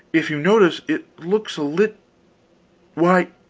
if you notice, it looks a lit why,